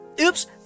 Oops